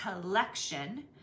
collection